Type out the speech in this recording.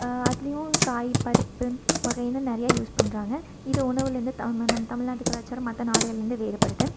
அதுலேயும் காய் பருப்பு வகைனு நிறையா யூஸ் பண்றாங்க இது உணவுலேருந்து தம் நம் தமிழ்நாட்டுக் கலாச்சாரம் மற்ற நாடுகளில் இருந்து வேறுபடுது